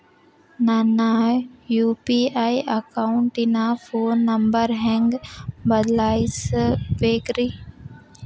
ನನ್ನ ಯು.ಪಿ.ಐ ಅಕೌಂಟಿನ phone number ಹೆಂಗ್ ಬದಲಾಯಿಸ ಬೇಕ್ರಿ?